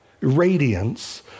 radiance